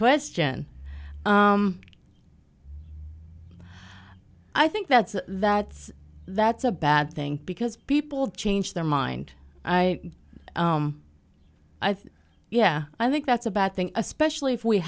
question i think that's that's that's a bad thing because people do change their mind i i think yeah i think that's a bad thing especially if we